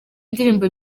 indirimbo